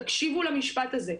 תקשיבו למשפט הזה,